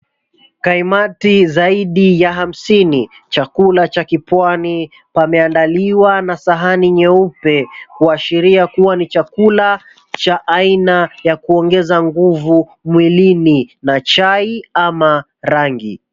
Kaimati zaidi ya hamsini, chakula cha kipwani pameandaliwa na sahani nyeupe, kuashiria kuwa ni chakula cha aina ya kuongeza nguvu mwilini na chai ama rangi.